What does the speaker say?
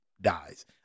dies